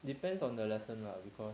depends on the lesson lah because